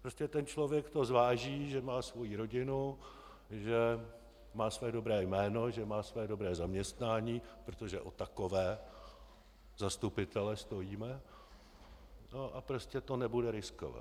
Prostě ten člověk to zváží, že má svoji rodinu, že má své dobré jméno, že má své dobré zaměstnání, protože o takové zastupitele stojíme a prostě to nebude riskovat.